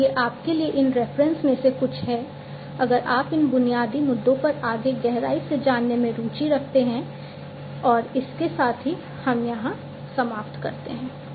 तो ये आपके लिए इन रेफरेंसेस में से कुछ हैं अगर आप इन बुनियादी मुद्दों पर आगे गहराई से जानने में रुचि रखते हैं और इसके साथ ही हम यहां समाप्त करते हैं